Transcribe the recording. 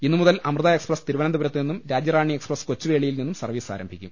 ഇന്നു മുതൽ അമൃത എക്സ്പ്രസ് തിരുവനന്തപൂരത്ത് നിന്നും രാജ്യറാണി എക്സ്പ്രസ് കൊച്ചുവേളിയിൽ നിന്നും സർവീസ് ആരംഭിക്കും